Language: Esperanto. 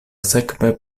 sekve